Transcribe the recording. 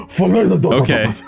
Okay